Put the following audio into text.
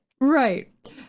Right